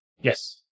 Yes